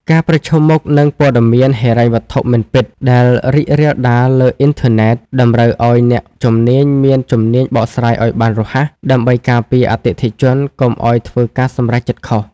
ការប្រឈមមុខនឹងព័ត៌មានហិរញ្ញវត្ថុមិនពិតដែលរីករាលដាលលើអ៊ីនធឺណិត តម្រូវឱ្យអ្នកជំនាញមានជំនាញបកស្រាយឱ្យបានរហ័ស ដើម្បីការពារអតិថិជនកុំឱ្យធ្វើការសម្រេចចិត្តខុស។